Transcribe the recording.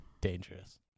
Dangerous